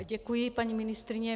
Děkuji, paní ministryně.